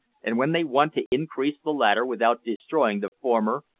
and when they want to increase the latter without destroying the former,